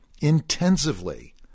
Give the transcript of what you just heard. intensively